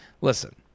Listen